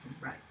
right